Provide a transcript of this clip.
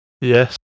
yes